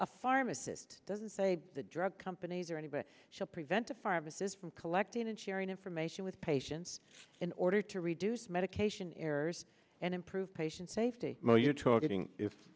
a pharmacist doesn't say the drug companies or anybody should prevent the pharmacist from collecting and sharing information with patients in order to reduce medication errors and improve patient safety